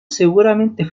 seguramente